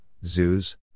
zoos